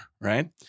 right